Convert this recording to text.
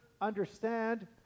understand